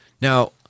Now